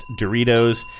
Doritos